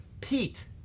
pete